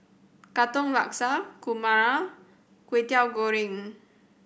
Katong Laksa kurma Kway Teow Goreng